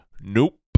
nope